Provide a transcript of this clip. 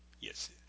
yes